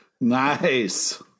Nice